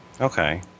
Okay